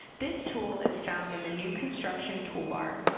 this tool is found in the new construction toolbar.